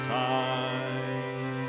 time